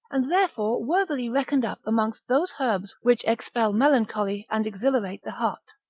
and therefore worthily reckoned up amongst those herbs which expel melancholy, and exhilarate the heart,